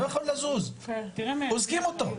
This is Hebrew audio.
אוזקים אותו.